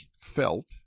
felt